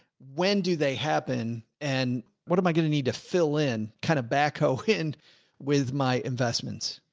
when do they happen and what am i going to need to fill in kind of backhoe in with my investments.